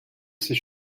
ses